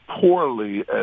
poorly